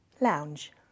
Lounge